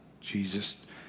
Jesus